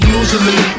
usually